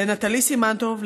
לנטלי סימן טוב,